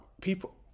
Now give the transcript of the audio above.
people